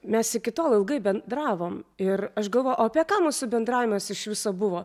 mes iki tol ilgai bendravom ir aš galvoju o apie ką mūsų bendravimas iš viso buvo